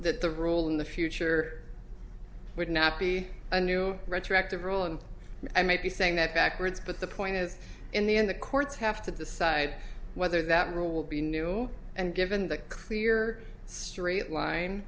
that the rule in the future with knappy a new retroactive rule and i might be saying that backwards but the point is in the end the courts have to decide whether that rule will be new and given that clear straight line